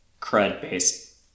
CRUD-based